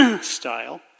style